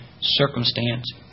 circumstance